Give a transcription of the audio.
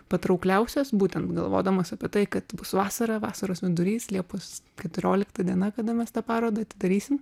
patraukliausias būtent galvodamos apie tai kad bus vasara vasaros vidurys liepos keturiolikta diena kada mes tą parodą atidarysim